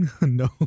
No